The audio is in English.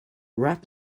rap